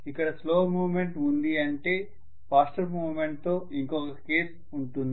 ఇక్కడ slow movement ఉంది అంటే ఫాస్టర్ మూవ్మెంట్ తో ఇంకొక కేస్ ఉంటుంది